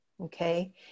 Okay